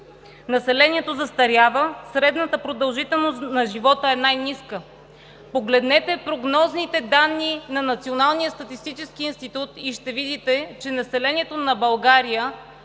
Населението застарява, средната продължителност на живота е най-ниска. Погледнете прогнозните данни на Националния статистически институт и ще видите, че населението на България